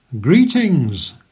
Greetings